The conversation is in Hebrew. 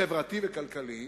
חברתי וכלכלי,